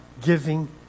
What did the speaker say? giving